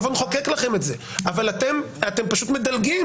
נבוא נחוקק לכם את זה אבל אתם פשוט מדלגים